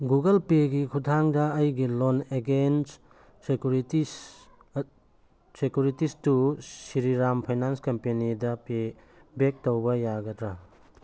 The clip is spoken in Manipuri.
ꯒꯨꯒꯜ ꯄꯦꯒꯤ ꯈꯨꯠꯊꯥꯡꯗ ꯑꯩꯒꯤ ꯂꯣꯟ ꯑꯦꯒꯦꯟꯁ ꯁꯦꯀ꯭ꯌꯨꯔꯤꯇꯤꯁ ꯁꯦꯀ꯭ꯌꯨꯔꯤꯇꯤꯁꯇꯨ ꯁ꯭ꯔꯤ ꯔꯥꯝ ꯐꯥꯏꯅꯥꯟꯁ ꯀꯝꯄꯦꯅꯤꯗ ꯄꯦꯕꯦꯛ ꯇꯧꯕ ꯌꯥꯒꯗ꯭ꯔꯥ